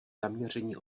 zaměření